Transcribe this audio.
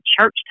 church